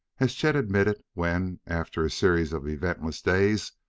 as chet admitted when, after a series of eventless days,